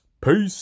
Peace